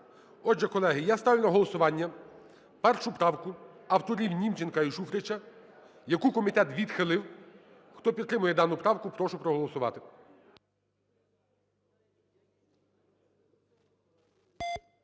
Отже, колеги, я ставлю на голосування 1 правку авторівНімченка і Шуфрича, яку комітет відхилив. Хто підтримує дану правку, прошу проголосувати.